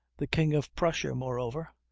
the king of prussia, moreover,